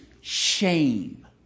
shame